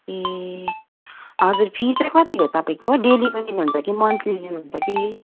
ए हजुर फी चाहिँ कति हो तपाईँको डेलीको लिनुहुन्छ कि मन्थली लिनुहुन्छ कि